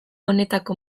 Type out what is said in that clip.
honetako